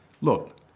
Look